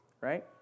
Right